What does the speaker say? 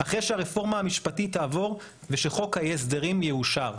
אחרי שהרפורמה המשפטית תעבור וחוק ההסדרים יאושר?